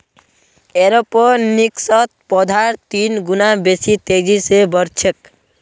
एरोपोनिक्सत पौधार तीन गुना बेसी तेजी स बढ़ छेक